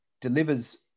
delivers